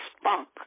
spunk